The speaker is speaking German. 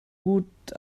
gut